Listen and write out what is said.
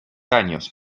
años